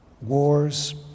Wars